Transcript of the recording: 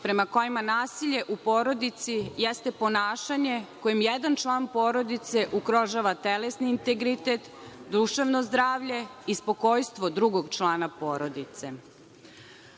prema kojima nasilje u porodici jeste ponašanje kojim jedan član porodice ugrožava telesni integritet, duševno zdravlje i spokojstvo drugog člana porodice. Od